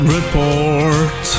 Report